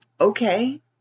Okay